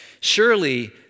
Surely